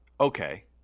okay